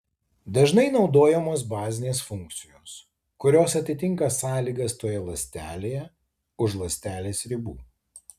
dažnai naudojamos bazinės funkcijos kurios atitinka sąlygas toje ląstelėje už ląstelės ribų